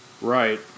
Right